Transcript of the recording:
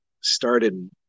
started